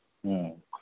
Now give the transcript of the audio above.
ꯎꯝ